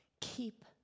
keep